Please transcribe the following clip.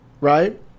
right